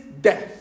death